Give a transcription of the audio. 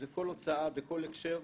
זה כל הוצאה בכל הקשר,